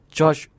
George